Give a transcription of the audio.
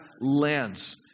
lens